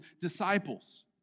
disciples